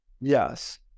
yes